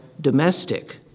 domestic